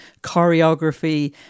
choreography